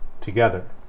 together